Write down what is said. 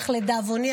אך לדאבוני,